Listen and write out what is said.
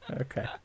Okay